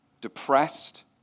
depressed